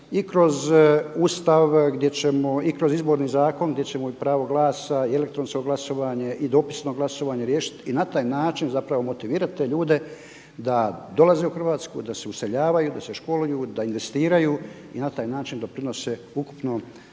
i kroz Izborni zakon gdje ćemo i pravo glasa, i elektronsko glasovanje, i dopisno glasovanje riješiti i na taj način zapravo motivirati te ljude da dolaze u Hrvatsku, da se useljavaju, da se školuju, da investiraju i na taj način doprinose ukupnom